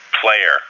player